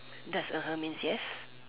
that's means yes